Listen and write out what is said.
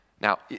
Now